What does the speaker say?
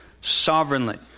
sovereignly